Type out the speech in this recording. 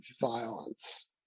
violence